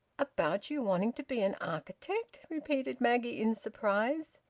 about you wanting to be an architect? repeated maggie in surprise.